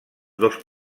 dos